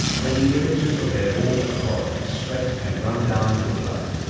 when the images of their own accord sweat and run down with blood,